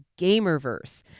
Gamerverse